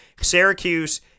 Syracuse